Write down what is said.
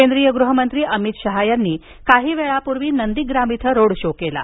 केंद्रीय गृहमंत्री अमित शहा यांनी काही वेळापूर्वी नंदीग्राम इथं रोड शो केला